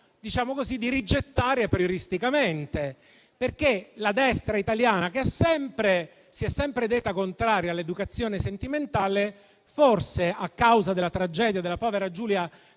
sentiamo di rigettare aprioristicamente. La destra italiana, che si è sempre detta contraria all'educazione sentimentale, forse a causa della tragedia della povera Giulia